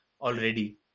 already